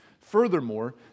Furthermore